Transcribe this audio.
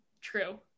True